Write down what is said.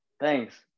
thanks